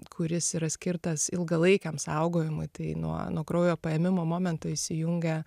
kuris yra skirtas ilgalaikiam saugojimui tai nuo nuo kraujo paėmimo momento įsijungia